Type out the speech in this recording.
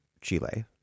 Chile